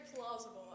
plausible